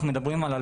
אגב,